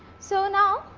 so, now,